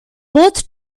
both